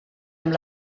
amb